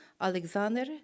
alexander